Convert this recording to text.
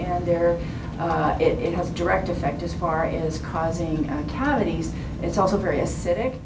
and there are it has a direct effect as far as causing cavities it's also very acidic